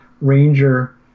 ranger